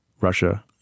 Russia